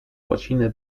łaciny